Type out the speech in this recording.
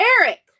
Eric